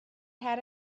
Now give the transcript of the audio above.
had